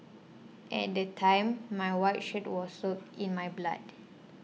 at the time my white shirt was soaked in my blood